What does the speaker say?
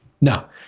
No